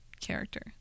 character